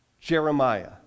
Jeremiah